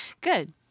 Good